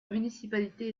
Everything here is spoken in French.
municipalité